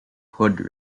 hood